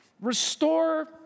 restore